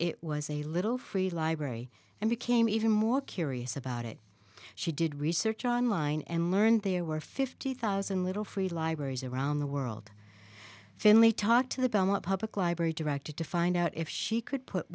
it was a little free library and became even more curious about it she did research on line and learned there were fifty thousand little free libraries around the world finlay talked to the belmont public library directed to find out if she could put